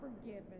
forgiven